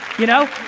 you know,